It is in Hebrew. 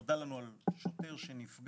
שנודע לנו על שוטר שנפגע,